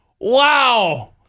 Wow